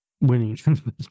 Winning